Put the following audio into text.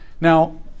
Now